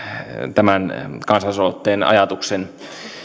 tämän kansalaisaloitteen ajatuksen